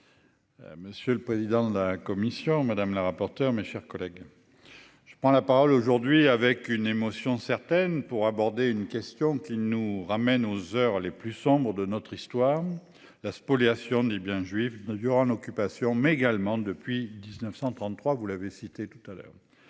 Monsieur le président de la commission, madame la rapporteure, mes chers collègues. Je prends la parole aujourd'hui avec une émotion certaine pour aborder une question qui nous ramène aux heures les plus sombres de notre histoire, la spoliation des biens juifs durant l'Occupation, mais également depuis 1933. Vous l'avez cité tout à l'heure.